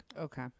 Okay